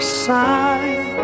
side